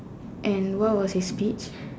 and what was his speech